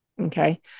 Okay